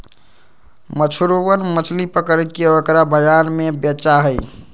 मछुरवन मछली पकड़ के ओकरा बाजार में बेचा हई